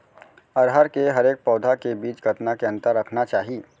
अरहर के हरेक पौधा के बीच कतना के अंतर रखना चाही?